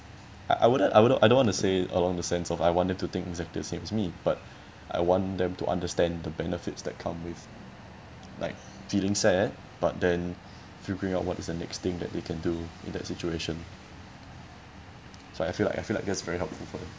I I wouldn't I wouldn't I don't want to say along the sense of I want them to think exactly the same as me but I want them to understand the benefits that come with like feeling sad but then figuring out what is the next thing that they can do in that situation so I feel like I feel like that's very helpful for them